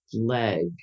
leg